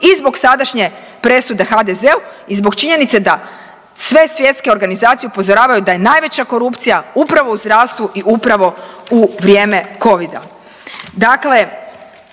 i zbog sadašnje presude HDZ-u i zbog činjenica da sve svjetske organizacije upozoravaju da je najveća korupcija upravo u zdravstvu i upravo u vrijeme covida.